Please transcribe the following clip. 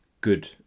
good